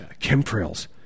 Chemtrails